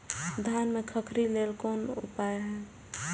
धान में खखरी लेल कोन उपाय हय?